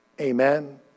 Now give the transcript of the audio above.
Amen